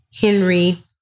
Henry